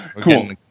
Cool